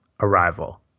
Arrival